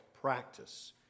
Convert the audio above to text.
practice